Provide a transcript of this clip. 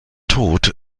tod